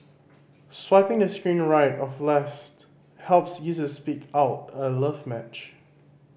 swiping the screen right of left helps users pick out a love match